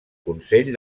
consell